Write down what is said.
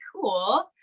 cool